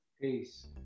Peace